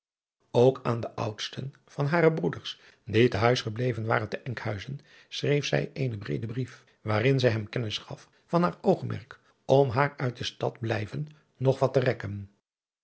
ook aan den oudsten van hare broeders die te huis gebleven waren te enkhuizen schreef zij eenen breeden brief waarin zij hem kennis gaf van haar oogmerk om haar uit de stad blijven nog wat te rekken